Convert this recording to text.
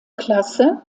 klasse